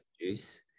Juice